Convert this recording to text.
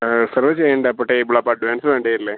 reserve ചെയ്യേണ്ടപ്പം ടേബിളപ്പം advance വേണ്ടി വരില്ലേ